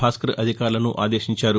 భాస్కర్ అధికారులను ఆదేశించారు